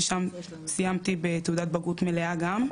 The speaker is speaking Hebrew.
ששם סיימתי בתעודת בגרות מלאה גם.